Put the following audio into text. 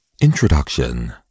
introduction